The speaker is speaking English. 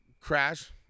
crash